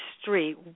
street